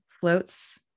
floats